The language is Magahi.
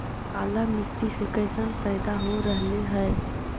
काला मिट्टी मे कैसन पैदा हो रहले है?